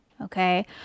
okay